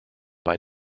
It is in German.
bei